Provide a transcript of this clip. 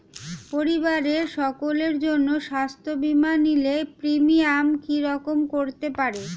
পরিবারের সকলের জন্য স্বাস্থ্য বীমা নিলে প্রিমিয়াম কি রকম করতে পারে?